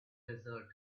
desert